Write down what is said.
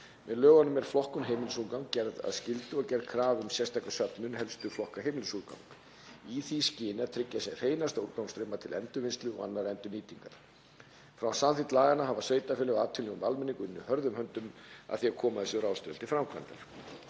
Með lögunum er flokkun heimilisúrgangs gerð að skyldu og gerð krafa um sérstaka söfnun helstu flokka heimilisúrgangs í því skyni að tryggja sem hreinasta úrgangsstrauma til endurvinnslu og annarrar endurnýtingar. Frá samþykkt laganna hafa sveitarfélög, atvinnulíf og almenningur unnið hörðum höndum að því að koma þessum ráðstöfunum til framkvæmdar.